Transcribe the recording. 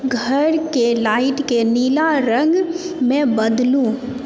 घरके लाइटके नीला रंगमे बदलू